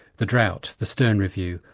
the drought, the stern review,